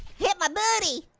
hit my booty,